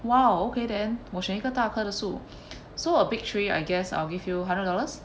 !wow! okay then 我是一颗大颗的树 so a big tree I guess I'll give you hundred dollars